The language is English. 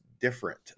different